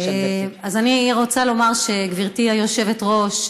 אז אני רוצה לומר, גברתי היושבת-ראש,